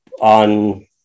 on